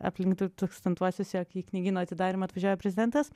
aplink dutūkstantuosius kai į knygyno atidarymą atvažiuoja prezidentas